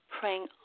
praying